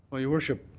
well, your worship,